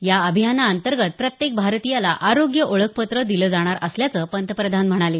या अभियाना अंतर्गत प्रत्येक भारतीयाला आरोग्य ओळखपत्र दिलं जाणार असल्याचं पंतप्रधान म्हणाले